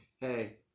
Hey